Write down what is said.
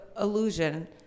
illusion